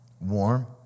warm